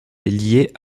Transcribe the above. liée